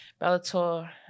Bellator